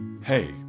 Hey